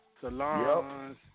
salons